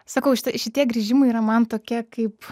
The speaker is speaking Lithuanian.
sakau šitie grįžimai yra man tokie kaip